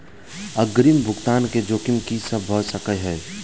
अग्रिम भुगतान केँ जोखिम की सब भऽ सकै हय?